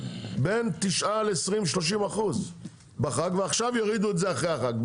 בין 9 ל-20-30 אחוז בחג ועכשיו יורידו את זה אחרי החג.